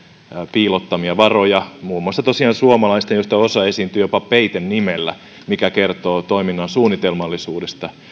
piilottamista varoista muun muassa tosiaan suomalaisten joista osa esiintyi jopa peitenimellä mikä kertoo toiminnan suunnitelmallisuudesta